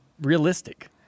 realistic